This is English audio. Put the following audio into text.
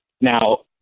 Now